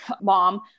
mom